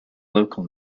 local